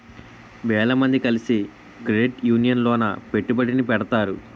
వేల మంది కలిసి క్రెడిట్ యూనియన్ లోన పెట్టుబడిని పెడతారు